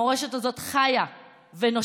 המורשת הזאת חיה ונושמת.